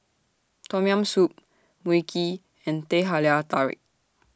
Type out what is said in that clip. Tom Yam Soup Mui Kee and Teh Halia Tarik